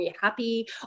happy